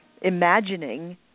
imagining